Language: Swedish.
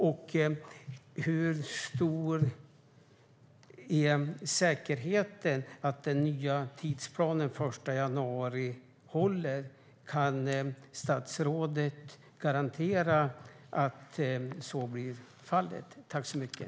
Och hur stor är säkerheten att den nya tidsplanen, den 1 januari, håller? Kan statsrådet garantera att så blir fallet?